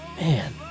man